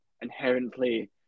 inherently